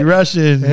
Russian